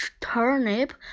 turnip